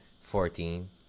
Fourteen